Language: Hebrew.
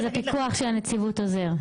אז הפיקוח של הנציבות עוזר.